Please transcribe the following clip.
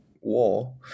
war